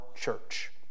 church